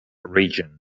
region